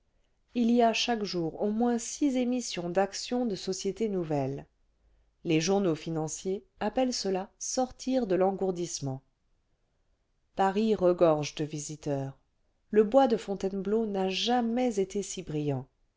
il y a chaque jour au moins six émissions d'actions de sociétés nouvelles les journaux financiers appellent cela sortir de l'engourdissement paris regorge de visiteurs le bois de fontainebleau n'a jamais été si brillant